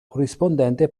corrispondente